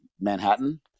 Manhattan